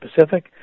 Pacific